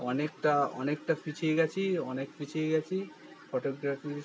অনেকটা অনেকটা পিছিয়ে গেছি অনেক পিছিয়ে গেছি ফটোগ্রাফি